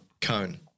cone